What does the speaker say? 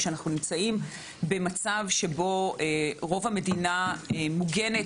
כשאנחנו נמצאים במצב שבו רוב המדינה מוגנת